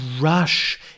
rush